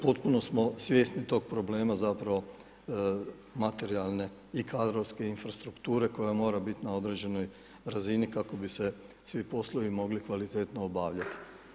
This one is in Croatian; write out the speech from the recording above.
Potpuno smo svjesni tog problema zapravo materijalne i kadrovske infrastrukture koja mora biti na određenoj razini kako bi se svi poslovi mogli kvalitetno obavljati.